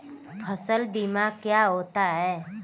फसल बीमा क्या होता है?